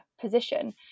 position